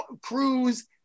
Cruz